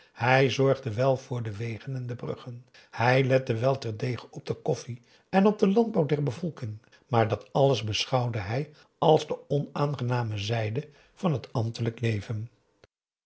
hij zorgde wel voor de wegen en de bruggen hij lette wel terdege op de koffie en op den landbouw der bevolking maar dat alles beschouwde hij als de onaangename zijde van het ambtelijk leven